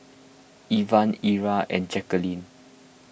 Ivan Ilah and Jaqueline